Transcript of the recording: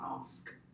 ask